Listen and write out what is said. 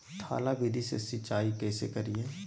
थाला विधि से सिंचाई कैसे करीये?